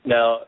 Now